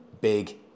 big